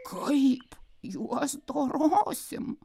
kaip juos dorosim